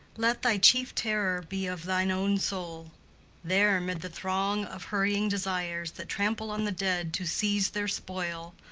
let thy chief terror be of thine own soul there, mid the throng of hurrying desires that trample on the dead to seize their spoil,